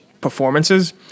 performances